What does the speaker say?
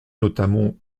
notamment